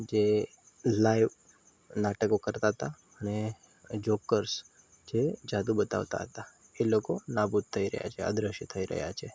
જે લાઈવ નાટકો કરતા હતા અને જોકર્સ જે જાદુ બતાવતા હતા તે લોકો નાબૂદ થઇ રહ્યા છે અદૃશ્ય થઇ રહ્યા છે